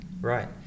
right